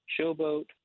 showboat